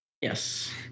Yes